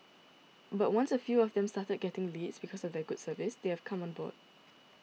but once a few of them started getting leads because of their good service they have come on board